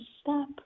stop